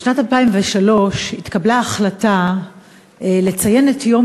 בשנת 2003 התקבלה החלטה לציין את יום